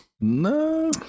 no